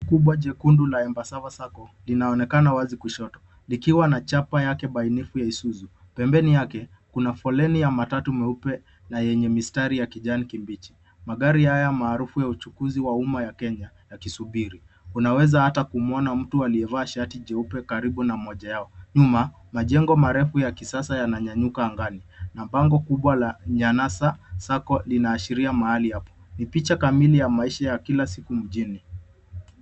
Basi kubwa jekundu la Embassava sacco, linaonekana wazi kushoto, likiwa na chapa yake bainifu ya Isuzu. Pembeni yake, kuna foleni ya matatu meupe na yenye mistari ya kijani kibichi. Magari haya maarufu ya uchukuzi wa uma ya Kenya, yakisubiri. Unaweza hata kumuona mtu aliyevalia shati jeupe karibu na moja yao. Nyuma, majengo marefu ya kisasa yananyanyuka angani, na bango kubwa la Nyanasa Sacco, linaashiria mahali hapo. Ni picha kamili ya maisha ya kila siku mjini.